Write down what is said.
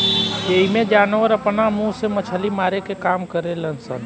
एइमें जानवर आपना मुंह से मछली मारे के काम करेल सन